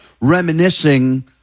reminiscing